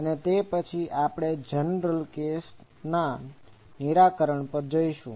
અને તે પછી આપણે જનરલgeneralસામાન્ય કેસના નિરાકરણ પર જઈશું